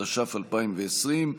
התש"ף 2020,